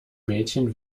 mädchen